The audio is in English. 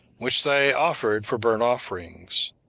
which they offered for burnt offerings.